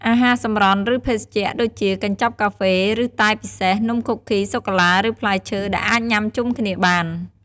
អាហារសម្រន់ ឬភេសជ្ជ ដូចជា កញ្ចប់កាហ្វេ ឬតែពិសេស នំខូគី សូកូឡា ឬ ផ្លែឈើ ដែលអាចញ៉ាំជុំគ្នាបាន។